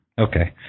Okay